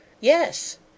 Yes